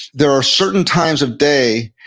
there are certain times of day,